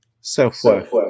self-worth